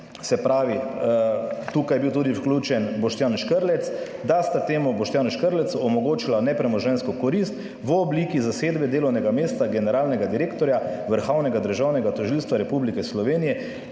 se pravi tukaj je bil tudi vključen Boštjan Škrlec -, da sta temu Boštjanu Škrlecu omogočila nepremoženjsko korist v obliki zasedbe delovnega mesta generalnega direktorja Vrhovnega državnega tožilstva Republike Slovenije,